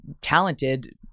talented